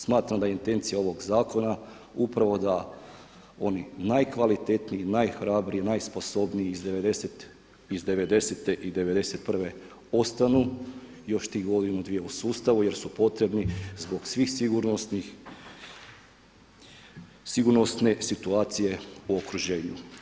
Smatram da je intencija ovog zakona upravo da oni najkvalitetniji, najhrabriji, najsposobniji iz '90. i '91. ostanu još tih godinu, dvije u sustavu jer su potrebni zbog svih sigurnosne situacije u okruženju.